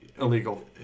Illegal